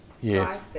Yes